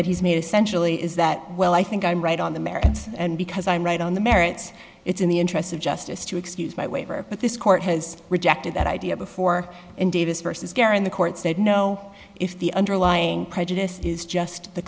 that he's made essentially is that well i think i'm right on the merits and because i'm right on the merits it's in the interest of justice to excuse my waiver but this court has rejected that idea before and davis versus karin the court said no if the underlying prejudice is just the